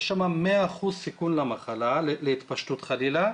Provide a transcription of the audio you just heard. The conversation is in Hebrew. יש שם 100% סיכון למחלה, להתפשטות חלילה.